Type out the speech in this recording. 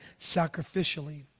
sacrificially